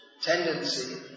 tendency